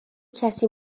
کسی